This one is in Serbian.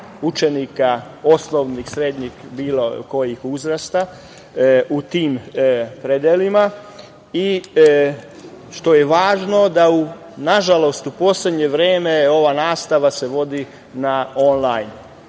učenika osnovnih, srednjih, bilo kojih uzrasta, u tim predelima i što je važno da, nažalost u poslednje vreme ova nastava se vodi „online“.